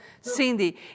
Cindy